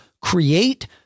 create